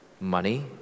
money